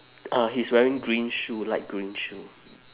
uh he's wearing green shoe light green shoe